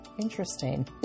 interesting